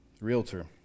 Realtor